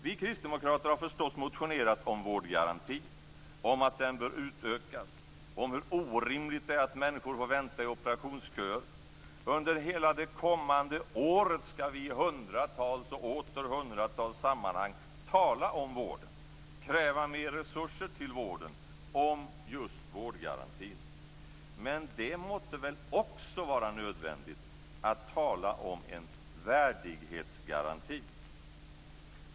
Vi kristdemokrater har förstås motionerat om vårdgarantin, om att den bör utökas och om hur orimligt det är att människor får vänta i operationsköer. Under hela det kommande året skall vi i hundratals och åter hundratals sammanhang tala om vården och kräva mer resurser till vården. Vi skall tala om just vårdgarantin. Men det måtte väl också vara nödvändigt att tala om en värdighetsgaranti!